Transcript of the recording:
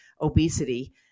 obesity